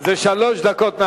זה שלוש דקות.